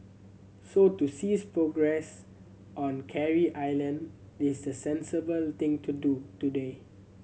so to cease progress on Carey Island is the sensible thing to do today